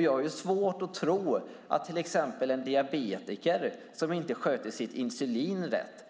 Jag har svårt att tro att en diabetiker som inte sköter sitt insulin rätt